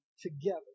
together